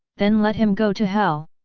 then let him go to hell!